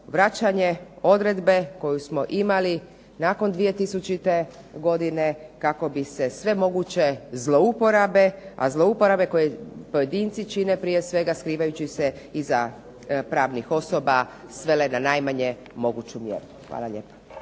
vraćanje odredbe koju smo imali nakon 2000. godine kako bi se sve moguće zlouporabe, a zlouporabe koje pojedinci čine prije svega skrivajući se iza pravnih osoba svele na najmanju moguću mjeru. Hvala lijepa.